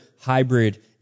hybrid